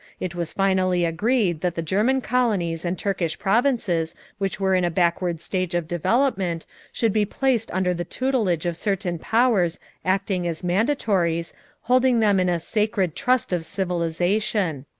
it was finally agreed that the german colonies and turkish provinces which were in a backward stage of development should be placed under the tutelage of certain powers acting as mandatories holding them in a sacred trust of civilization.